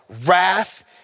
wrath